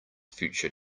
future